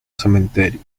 cementerio